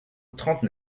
trente